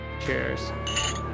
cheers